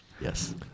Yes